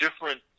different